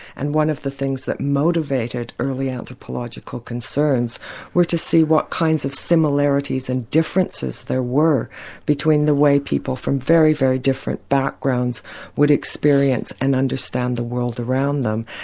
and one of the things that motivated early anthropological concerns was to see what kinds of similarities and differences there were between the way people from very, very different backgrounds would experience and understand the world around them.